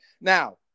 now